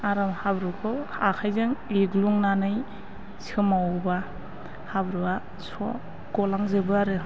आराम हाब्रुखौ आखाइजों एग्लुंनानै सोमावब्ला हाब्रुआ स' गलांजोबो आरो